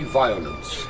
violence